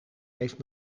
heeft